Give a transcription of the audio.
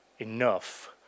enough